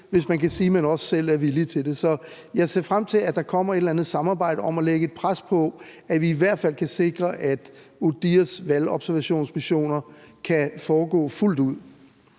hvis man kan sige, at man også selv er villig til det. Så jeg ser frem til, at der kommer et eller andet samarbejde om at lægge et pres på, at vi i hvert fald kan sikre, at ODIHRs valgobservationsmissioner kan foregå fuldt ud.